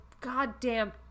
goddamn